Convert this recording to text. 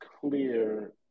clear